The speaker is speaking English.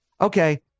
Okay